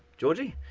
georgie!